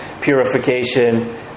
purification